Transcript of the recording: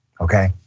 Okay